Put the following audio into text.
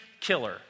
killer